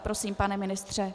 Prosím, pane ministře.